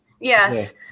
Yes